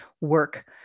work